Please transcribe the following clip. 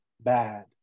bad